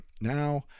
now